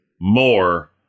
more